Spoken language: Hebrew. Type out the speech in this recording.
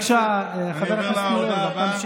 בבקשה חבר הכנסת ניר אורבך,